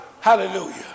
Hallelujah